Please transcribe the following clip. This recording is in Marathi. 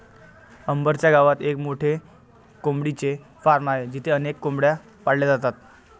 अंबर च्या गावात एक मोठे कोंबडीचे फार्म आहे जिथे अनेक कोंबड्या पाळल्या जातात